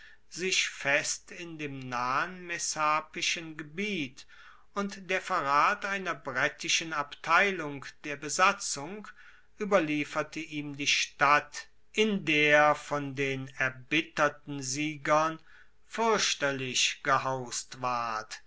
sich fest in dem nahen messapischen gebiet und der verrat einer brettischen abteilung der besatzung ueberlieferte ihm die stadt in der von den erbitterten siegern fuerchterlich gehaust ward